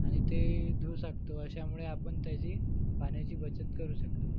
आणि ते धुवू शकतो अशामुळं आपण त्याची पाण्याची बचत करू शकतो